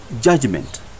judgment